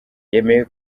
yemeye